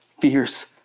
fierce